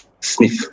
sniff